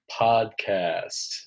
Podcast